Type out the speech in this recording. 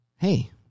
Hey